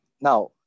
now